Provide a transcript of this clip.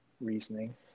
reasoning